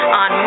on